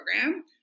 program